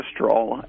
cholesterol